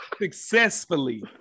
successfully